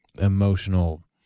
emotional